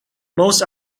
most